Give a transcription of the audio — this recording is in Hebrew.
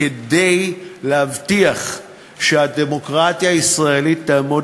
כדי להבטיח שהדמוקרטיה הישראלית תעמוד